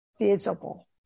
visible